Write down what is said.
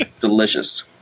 Delicious